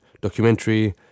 documentary